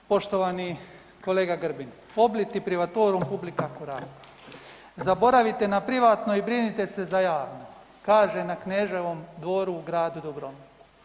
Poštovani kolega Grbin „Obliti privatorum publica curate“, zaboravite na privatno i brinite se za javno kaže na Kneževom dvoru u gradu Dubrovniku.